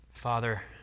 Father